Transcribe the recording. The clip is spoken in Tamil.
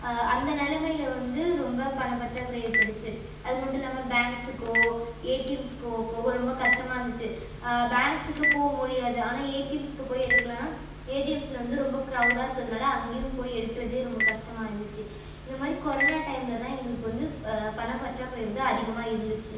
அந்த நிலமைல வந்து ரொம்ப பண பற்றாக்குறை ஏற்பட்டுச்சு அது மட்டும் இல்லாமல் பேங்க்ஸுக்கோ ஏடிஎம்ஸ்க்கோ போக ரொம்ப கஷ்டமாக இருந்துச்சு பேங்க்ஸுக்கு போக முடியாது ஆனால் ஏடிஎம்ஸ்க்கு போய் எடுக்கலானா ஏடிஎம்ஸில் வந்து ரொம்ப க்ரௌடாக இருக்கிறதுனால அங்கேயும் போய் எடுக்கிறது ரொம்ப கஷ்டமாக இருந்துச்சு இந்த மாதிரி கொரோனா டைமில் தான் எங்களுக்கு வந்து பணம் பற்றாக்குறை வந்து அதிகமாக இருந்துச்சு